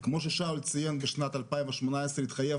אני אראה לך תמונות שיש לי כאן בפלאפון שלי,